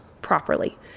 properly